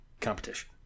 competition